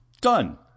Done